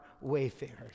wayfarers